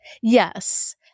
Yes